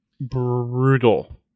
brutal